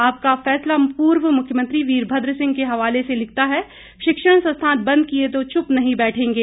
आपका फैसला पूर्व मुख्यमंत्री वीरभद्र सिंह के हवाले से लिखता है शिक्षण संस्थान बंद किए तो चुप नहीं बैठेंगे